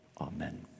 Amen